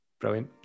brilliant